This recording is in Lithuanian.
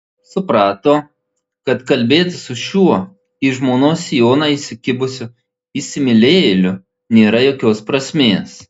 suprato kad kalbėtis su šiuo į žmonos sijoną įsikibusiu įsimylėjėliu nėra jokios prasmės